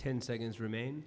ten seconds remain